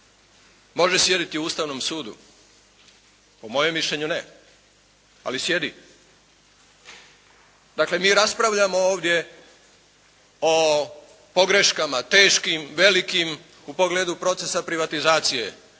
može sjediti u Ustavnom sudu. Po mojem mišljenju ne, ali sjedi. Dakle, mi raspravljamo ovdje o pogreškama teškim, velikim u pogledu procesa privatizacije